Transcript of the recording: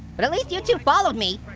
but at least you two followed me.